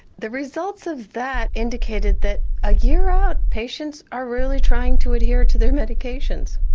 the results of that indicated that a year out patients are really trying to adhere to their medications,